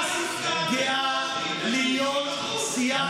עכשיו מדברים על הממשלה שלכם.